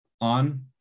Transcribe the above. on